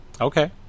okay